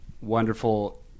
wonderful